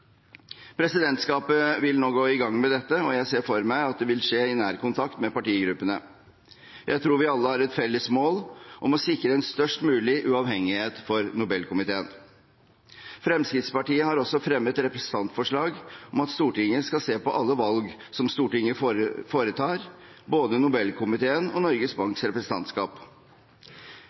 Presidentskapet vil nå gå i gang med dette, og jeg ser for meg at det vil skje i nær kontakt med partigruppene. Jeg tror vi alle har et felles mål om å sikre en størst mulig uavhengighet for Nobelkomiteen. Fremskrittspartiet har også fremmet representantforslag om at Stortinget skal se på alle valg som Stortinget foretar, både til Nobelkomiteen og Norges Banks representantskap.